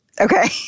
Okay